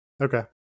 Okay